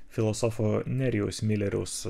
filosofo nerijaus mileriaus